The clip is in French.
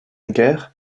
guerre